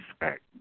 respect